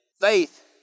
Faith